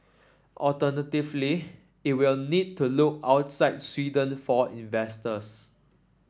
alternatively it will need to look outside Sweden for investors